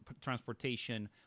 transportation